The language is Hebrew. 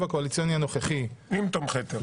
הקואליציוני הנוכחי --- עם תומכי טרור.